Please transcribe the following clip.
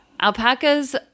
Alpacas